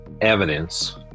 evidence